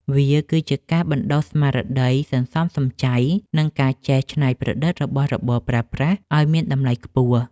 វាគឺជាការបណ្តុះស្មារតីសន្សំសំចៃ និងការចេះច្នៃប្រឌិតរបស់របរប្រើប្រាស់ឱ្យមានតម្លៃខ្ពស់។